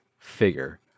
figure